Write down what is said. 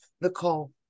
Nicole